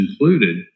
included